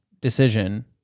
decision